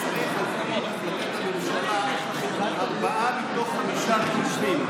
הרי צריך על פי החלטת הממשלה ארבעה מתוך חמישה מומחים,